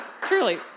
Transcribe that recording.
truly